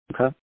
Okay